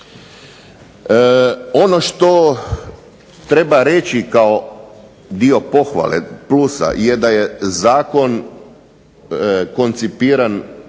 Ono što treba reći kao dio pohvale, plusa, je da je zakon koncipiran